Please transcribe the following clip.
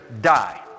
die